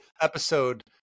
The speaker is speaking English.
episode